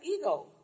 ego